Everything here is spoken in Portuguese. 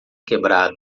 quebrada